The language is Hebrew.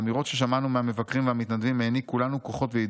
האמירות ששמענו מהמבקרים והמתנדבים העניקו לנו כוחות ועידוד.